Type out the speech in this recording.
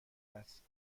است